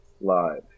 live